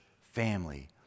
family